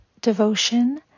devotion